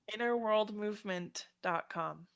Innerworldmovement.com